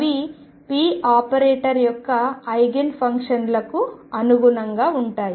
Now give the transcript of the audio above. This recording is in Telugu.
అవి p ఆపరేటర్ యొక్క ఐగెన్ ఫంక్షన్లకు అనుగుణంగా ఉంటాయి